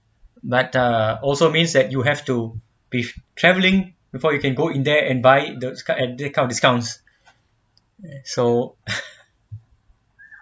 but uh also means that you have to been travelling before you can go in there and buy those kind and that kind of discounts so